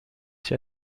sie